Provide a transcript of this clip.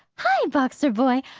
hie, boxer, boy!